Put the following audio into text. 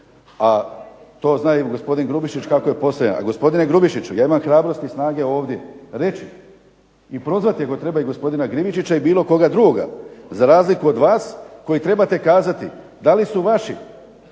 A to zna i gospodin Grubišić kako je postavljen. A gospodine Grubišiću ja imam hrabrosti i snage ovdje reći i pozvati ako treba i gospodina Griničića i bilo koga drugoga za razliku od vas koji trebate kazati da li su vaši